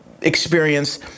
experience